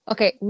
Okay